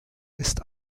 ist